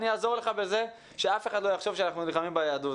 אני אעזור לך בזה שאף אחד לא יחשוב שאנחנו נלחמים ביהדות.